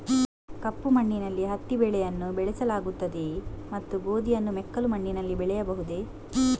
ಕಪ್ಪು ಮಣ್ಣಿನಲ್ಲಿ ಹತ್ತಿ ಬೆಳೆಯನ್ನು ಬೆಳೆಸಲಾಗುತ್ತದೆಯೇ ಮತ್ತು ಗೋಧಿಯನ್ನು ಮೆಕ್ಕಲು ಮಣ್ಣಿನಲ್ಲಿ ಬೆಳೆಯಬಹುದೇ?